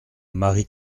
marie